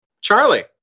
Charlie